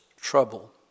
trouble